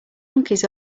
monkeys